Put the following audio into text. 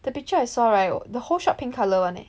the picture I saw right the whole shop pink colour [one] eh